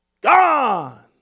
gone